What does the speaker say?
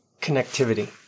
connectivity